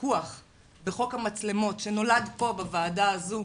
הפיקוח בחוק המצלמות, שנולד פה בוועדה הזו,